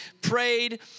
prayed